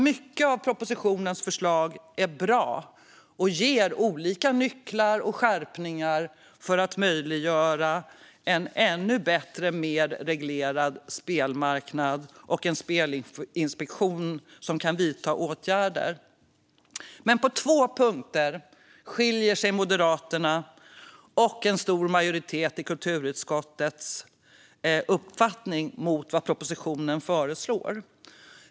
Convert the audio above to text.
Mycket av propositionens förslag är bra och ger olika nycklar och skärpningar för att möjliggöra en ännu bättre och mer reglerad spelmarknad och en spelinspektion som kan vidta åtgärder. Men på två punkter skiljer sig uppfattningen hos Moderaterna och en stor majoritet i utskottet från vad propositionen föreslår.